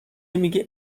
میگه